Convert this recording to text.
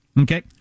Okay